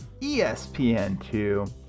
ESPN2